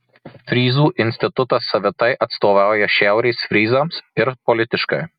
fryzų institutas savitai atstovauja šiaurės fryzams ir politiškai